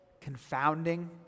confounding